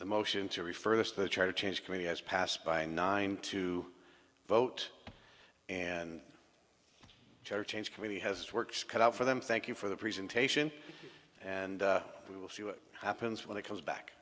the motion to refer this to try to change committee has passed by nine to vote and church change committee has works cut out for them thank you for the presentation and we will see what happens when it comes back